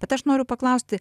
bet aš noriu paklausti